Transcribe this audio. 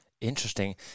Interesting